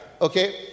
Okay